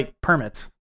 permits